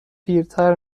پیرتر